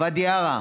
ואדי עארה,